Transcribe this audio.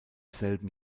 selben